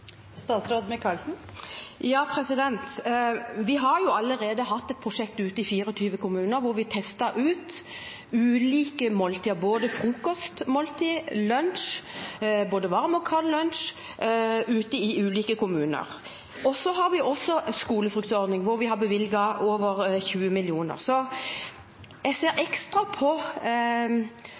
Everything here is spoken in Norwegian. Vi har allerede hatt et prosjekt i 24 kommuner hvor vi testet ut ulike måltider, både frokost og lunsj – både varm og kald – og vi har også en skolefruktordning, hvor vi har bevilget over 20 mill. kr. Jeg ser ekstra på